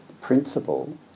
principle